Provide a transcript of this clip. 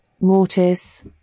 Mortis